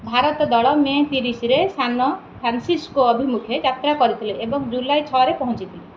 ଭାରତ ଦଳ ମେ ତିରିଶିରେ ସାନ୍ ଫ୍ରାନ୍ସିସ୍କୋ ଅଭିମୁଖେ ଯାତ୍ରା କରିଥିଲା ଏବଂ ଜୁଲାଇ ଛଅରେ ପହଞ୍ଚିଥିଲା